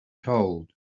told